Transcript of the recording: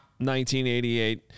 1988